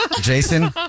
Jason